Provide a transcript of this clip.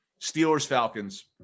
Steelers-Falcons